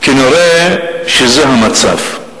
כנראה זה המצב.